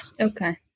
okay